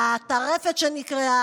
לטרפת שהייתה.